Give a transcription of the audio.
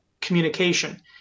communication